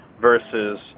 versus